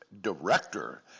director